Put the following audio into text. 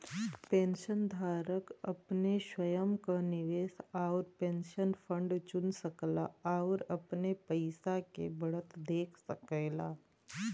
पेंशनधारक अपने स्वयं क निवेश आउर पेंशन फंड चुन सकला आउर अपने पइसा के बढ़त देख सकेला